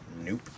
Nope